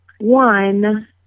One